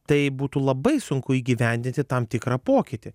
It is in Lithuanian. tai būtų labai sunku įgyvendinti tam tikrą pokytį